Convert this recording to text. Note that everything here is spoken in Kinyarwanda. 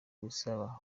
bisaba